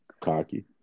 Cocky